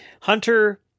Hunter